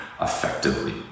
effectively